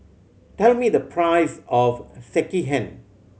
tell me the price of Sekihan